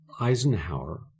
Eisenhower